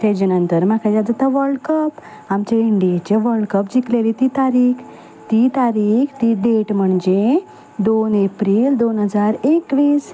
तेचे नंतर म्हाका याद जाता वर्ल्ड कप आमचें इंडियेचें वर्ल्ड कप जिखलेली ती तारीख ती तारीख ती डेट म्हणजे दोन एप्रील दोन हजार एकवीस